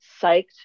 Psyched